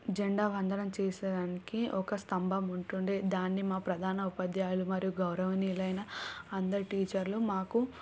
జండా వందనం చేసేదానికి ఒక స్తంభం ఉంటుండే దాన్ని మా ప్రధానోపాధ్యాయులు మరియు గౌరవనీయులైన అందరూ టీచర్లు మాకు